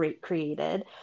created